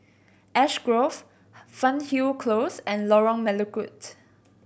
Ash Grove Fernhill Close and Lorong Melukut